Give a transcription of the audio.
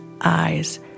eyes